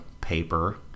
paper